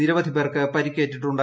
നിരവധി പേർക്ക് പരിക്കേറ്റിട്ടുണ്ട്